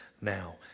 now